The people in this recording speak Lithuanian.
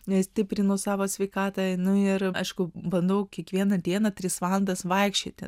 nes stiprinu savo sveikatą einu ir aišku bandau kiekvieną dieną tris valandas vaikščioti